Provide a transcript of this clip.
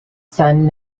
son